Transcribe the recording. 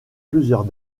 plusieurs